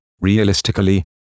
Realistically